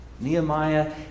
Nehemiah